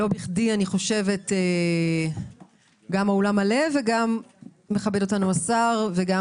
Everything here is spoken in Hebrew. לא בכדי גם האולם מלא וגם מכבד אותנו השר וגם